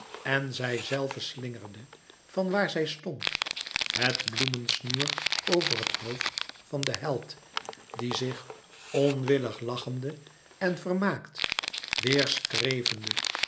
en zij zelve slingerde van waar zij stond het bloemensnoer over het hoofd van den held die zich onwillig lachende en vermaakt weêr strevende